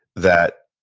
that